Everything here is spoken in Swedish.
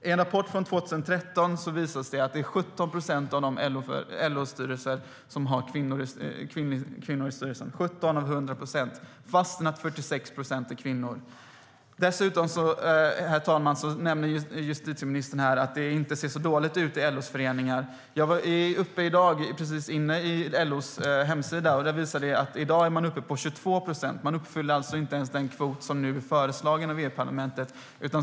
I en rapport från 2013 visade det sig att 17 procent av LO-styrelserna har kvinnor i sig - 17 av 100 procent, trots att 46 procent är kvinnor. Dessutom, herr talman, nämner justitieministern att det inte ser så illa ut i LO:s föreningar. Jag var i dag inne på LO:s hemsida, och den visar att man i dag är uppe på 22 procent. Man uppfyller alltså inte ens den kvot som nu är föreslagen av EU-parlamentet.